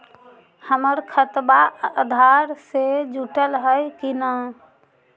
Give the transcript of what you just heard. हमर खतबा अधार से जुटल हई कि न?